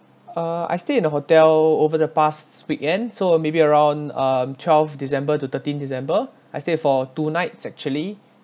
uh I stayed in the hotel over the past weekend so uh maybe around um twelfth december to thirteenth december I stayed for two nights actually